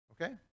Okay